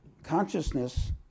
Consciousness